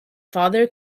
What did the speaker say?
father